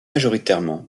majoritairement